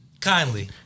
Kindly